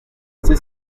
c’est